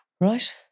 Right